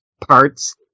parts